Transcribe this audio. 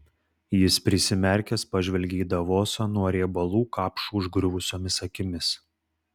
jis prisimerkęs pažvelgė į davosą nuo riebalų kapšų užgriuvusiomis akimis